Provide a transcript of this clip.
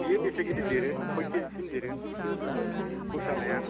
बेयो बेसे गिदित देरो खय किजिसिम देरो खुरसा नाया